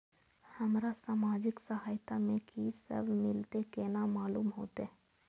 हमरा सामाजिक सहायता में की सब मिलते केना मालूम होते?